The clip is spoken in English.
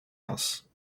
else